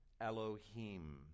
Elohim